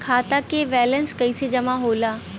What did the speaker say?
खाता के वैंलेस कइसे जमा होला?